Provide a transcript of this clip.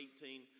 18